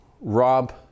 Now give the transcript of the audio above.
rob